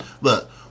Look